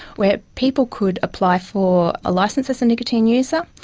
where people could apply for a licence as a nicotine user,